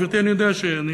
גברתי, אני יודע שאני